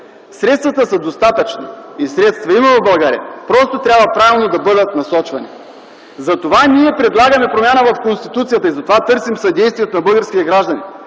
Средствата са достатъчни и средства в България има. Просто трябва правилно да бъдат насочвани. Затова ние предлагаме промяна в Конституцията. И затова търсим съдействието на българския гражданин